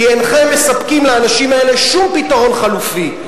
כי אינכם מספקים לאנשים האלה שום פתרון חלופי.